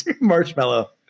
marshmallow